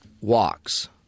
Walks